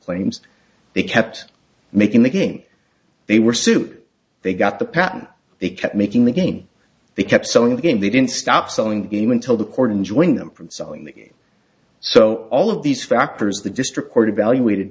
games they kept making the game they were super they got the patent they kept making the game they kept selling the game they didn't stop selling game until the court enjoying them from selling the so all of these factors the district court evaluated